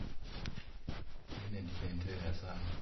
june nipendelela sana.